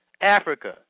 Africa